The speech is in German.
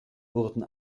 wurden